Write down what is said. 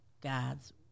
God's